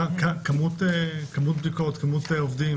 ששם כמובן מדובר בהרבה מאוד